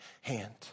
hand